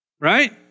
Right